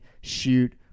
shoot